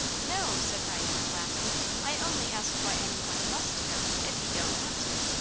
no, said diana, laughing i only asked why any one must go, if he don't want to?